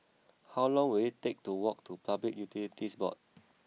how long will it take to walk to Public Utilities Board